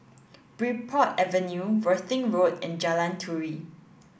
Bridport Avenue Worthing Road and Jalan Turi